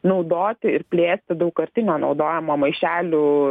naudoti ir plėsti daugkartinio naudojimo maišelių